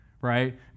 right